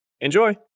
Enjoy